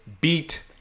beat